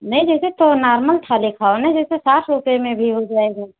नै जैसे तो नॉर्मल थाली खाओ न जैसे साठ रुपये में भी हो जाएगा